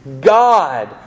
God